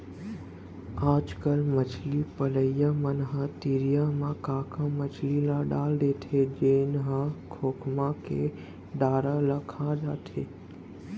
आजकल मछरी पलइया मन ह तरिया म का का मछरी ल डाल देथे जेन ह खोखमा के डारा ल खा जाथे